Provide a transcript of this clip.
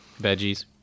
veggies